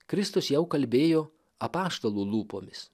kristus jau kalbėjo apaštalų lūpomis